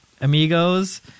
amigos